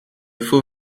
faux